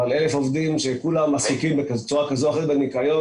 אבל 1,000 עובדים שכולם עסוקים בצורה כזאת או אחרת בניקיון,